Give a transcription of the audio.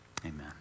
Amen